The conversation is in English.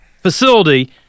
facility